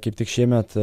kaip tik šiemet